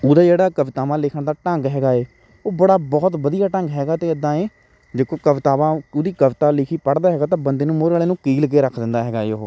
ਉਦੇ ਜਿਹੜਾ ਕਵਿਤਾਵਾਂ ਲਿਖਣ ਦਾ ਢੰਗ ਹੈਗਾ ਹੈ ਉਹ ਬੜਾ ਬਹੁਤ ਵਧੀਆ ਢੰਗ ਹੈਗਾ ਅਤੇ ਇੱਦਾਂ ਹੈ ਦੇਖੋ ਕਵਿਤਾਵਾਂ ਉਹਦੀ ਕਵਿਤਾ ਲਿਖੀ ਪੜ੍ਹਦਾ ਹੈਗਾ ਤਾਂ ਬੰਦੇ ਨੂੰ ਮੋਹਰੇ ਵਾਲਿਆ ਨੂੰ ਕੀਲ ਕੇ ਰੱਖ ਦਿੰਦਾ ਹੈਗਾ ਹੈ ਉਹ